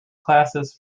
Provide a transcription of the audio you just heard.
classes